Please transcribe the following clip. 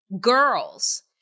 girls